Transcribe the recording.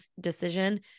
decision